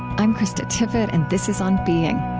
i'm krista tippett, and this is on being